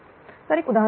तर एक उदाहरण घेऊ